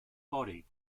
body